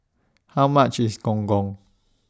How much IS Gong Gong